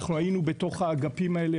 אנחנו היינו בתוך האגפים האלה,